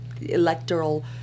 electoral